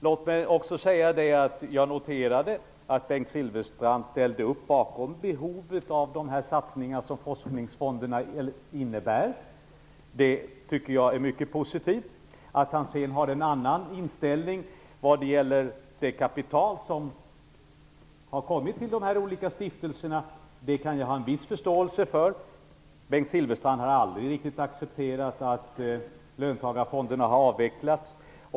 Låt mig också säga att jag noterade att Bengt Silfverstrand ställde upp bakom behovet av de satsningar som forskningsfonderna innebär. Det är mycket positivt. Det faktum att han sedan har en annan inställning till det kapital som kommit till de olika stiftelserna kan jag ha viss förståelse för. Bengt Silfverstrand har aldrig riktigt accepterat att löntagarfonderna har avvecklats.